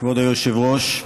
כבוד היושב-ראש,